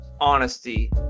honesty